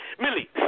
Millie